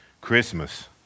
Christmas